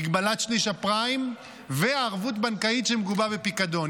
מגבלת שליש הפריים וערבות בנקאית שמגובה בפיקדון.